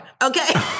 Okay